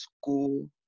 school